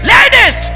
Ladies